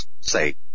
say